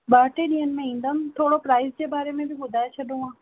ॿ टे ॾींहनि में ईंदमि थोरो प्राइज जे बारे में बि ॿुधाए छॾियो हा